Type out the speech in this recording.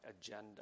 agenda